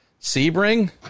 Sebring